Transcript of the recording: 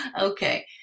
Okay